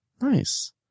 Nice